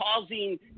causing